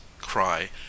cry